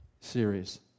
series